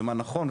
ומה נכון,